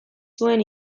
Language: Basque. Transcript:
zuen